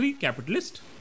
capitalist